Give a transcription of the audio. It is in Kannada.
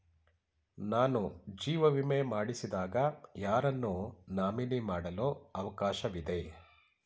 ನಾನು ಜೀವ ವಿಮೆ ಮಾಡಿಸಿದಾಗ ಯಾರನ್ನು ನಾಮಿನಿ ಮಾಡಲು ಅವಕಾಶವಿದೆ?